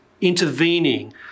intervening